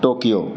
Tokyo